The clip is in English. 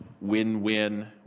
win-win